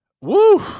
Woo